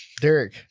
derek